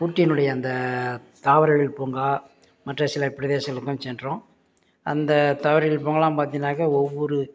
ஊட்டியினுடைய அந்த தாவரவியல் பூங்கா மற்ற சில பிரேதேசங்களுக்கும் சென்றோம் அந்த தாவரவியல் பூங்காலாம் பார்த்தினாக்கா ஒவ்வொரு